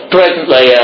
presently